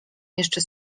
jeszcze